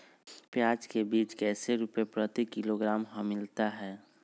प्याज के बीज कैसे रुपए प्रति किलोग्राम हमिलता हैं?